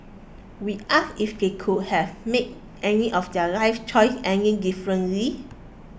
we asked if they would have made any of their life choice any differently